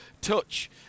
touch